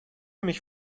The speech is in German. mich